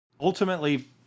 ultimately